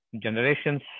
Generations